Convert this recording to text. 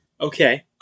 Okay